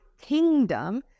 kingdom